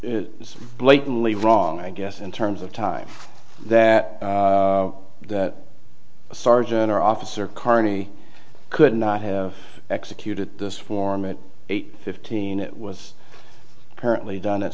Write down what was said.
was blatantly wrong i guess in terms of time that that sergeant or officer carney could not have executed this form an eight fifteen it was apparently done at